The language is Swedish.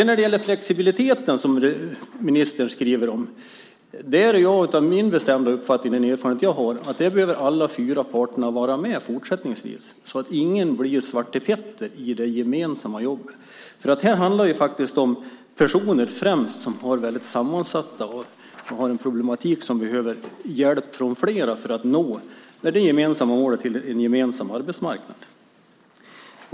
När det gäller flexibiliteten, som ministern skriver om, har jag den bestämda uppfattningen, med den erfarenhet jag har, att alla fyra parterna behöver vara med fortsättningsvis så att ingen blir svartepetter i det gemensamma jobbet. Här handlar det främst om personer som har en väldigt sammansatt problematik och behöver hjälp från flera för att vi ska nå målet om en gemensam arbetsmarknad.